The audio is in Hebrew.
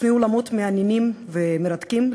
שני עולמות מעניינים ומרתקים,